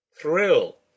Thrill